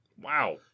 Wow